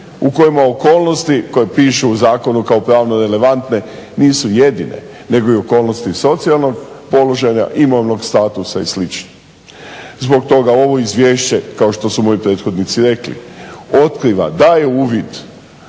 u kojima okolnosti koje pišu u zakonu kao pravno relevantne nisu jedine nego i okolnosti socijalnog položaja, imovnog statusa i slično. Zbog toga ovo izvješće kao što su moji prethodnici rekli otkriva, daje uvid